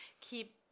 keep